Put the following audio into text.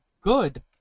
good